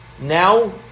Now